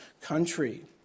country